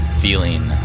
feeling